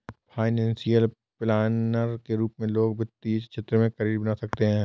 financial planner के रूप में लोग वित्तीय क्षेत्र में करियर बना सकते हैं